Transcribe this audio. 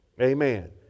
Amen